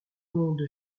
monde